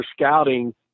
scouting